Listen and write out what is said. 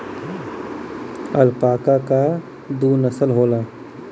alpaca क दू नसल होला